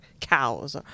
cows